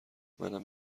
منم